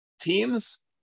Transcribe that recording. teams